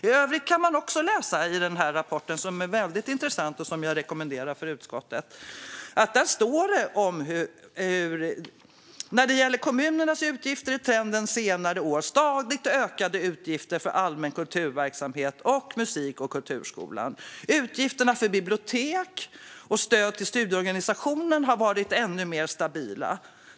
I övrigt kan man läsa följande i den här rapporten, som är väldigt intressant och som jag rekommenderar till utskottet: "När det gäller kommunernas utgifter är trenden på senare år stadigt ökade utgifter för allmän kulturverksamhet och musik och kulturskolan. Utgifterna för bibliotek och stöd till studieorganisationerna har varit mer stabila.